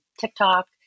TikTok